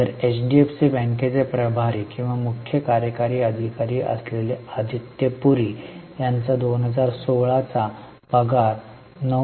तर एचडीएफसी बँकेचे प्रभारी किंवा मुख्य कार्यकारी अधिकारी असलेले आदित्य पुरी यांचा 2016 चा पगार 9